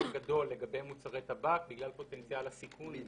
גדול לגבי מוצרי טבק בגלל פוטנציאל הסיכון.